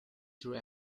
through